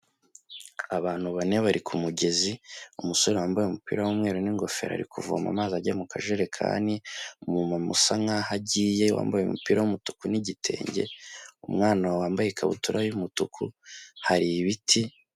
Abantu bane bari ku mugezi, umusore wambaye umupira w'umweru n'ingofero ari kuvoma amazi ajya mu kajerekani, umumama usa nkaho agiye wambaye umupira w'umutuku n'igitenge, umwana wambaye ikabutura y'umutuku, hari ibiti.